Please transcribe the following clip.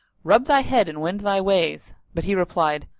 rub thy head and wend thy ways but he replied,